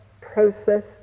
process